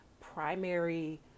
primary